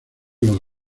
los